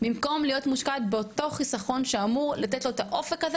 במקום להיות מושקעת באותו חיסכון שאמור לתת לו את האופק הזה,